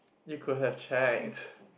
you could have checked